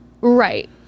Right